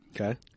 Okay